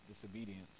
disobedience